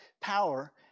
power